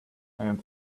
and